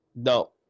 No